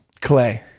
clay